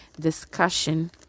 discussion